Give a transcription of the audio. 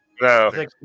No